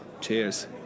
Cheers